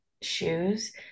shoes